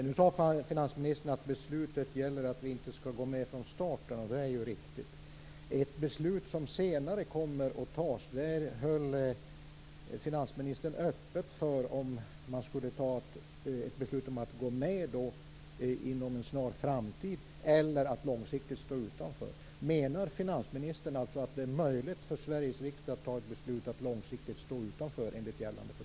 Fru talman! Finansministern sade att beslutet gäller att vi inte skall gå med från starten. Det är ju riktigt. I ett beslut som senare kommer att fattas höll finansministern öppet för att man skulle kunna fatta beslut om att gå med inom en snar framtid eller att långsiktigt stå utanför. Menar finansministern alltså att det är möjligt för Sveriges riksdag att enligt gällande fördrag fatta beslut om att långsiktigt stå utanför?